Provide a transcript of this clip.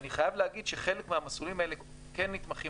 ואני חייב להגיד שחלק מהמסלולים האלה כן נתמכים